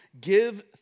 Give